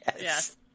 Yes